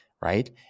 right